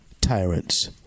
tyrants